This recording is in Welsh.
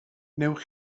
wnewch